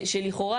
שלכאורה,